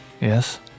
Yes